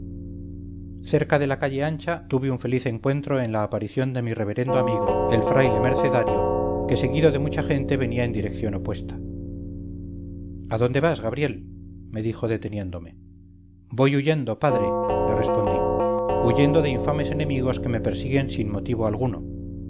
cerca de la calle ancha tuve un feliz encuentro en la aparición de mi reverendo amigo el fraile mercenario que seguido de mucha gente venía en dirección opuesta a dónde vas gabriel me dijo deteniéndome voy huyendo padre le respondí huyendode infames enemigos que me persiguen sin motivo alguno